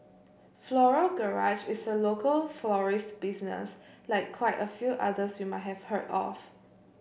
Floral Garage is a local florist business like quite a few others you might have heard of